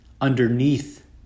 underneath